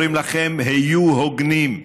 אומרים לכם: היו הוגנים.